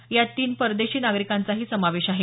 यात तीन परदेशी नागरिकांचाही समावेश आहे